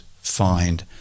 find